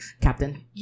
Captain